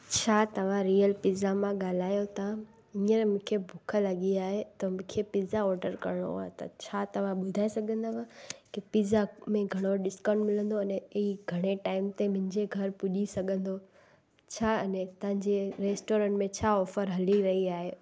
छा तव्हां real pizza मां ॻाल्हायो था हींअर मूंखे बुखु लॻी आहे त मूंखे पिज़्ज़ा ऑडर करिणो आहे त छा तव्हां ॿुधाए सघंदव की पिज़्ज़ा में घणो डिस्काउंट मिलंदो अने हीउ घणे टाइम ते मुहिंजे घरु पुॼी सघंदो छा अने तव्हांजे रैस्टोरैंट में छा ऑफर हली रही आहे